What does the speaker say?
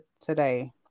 today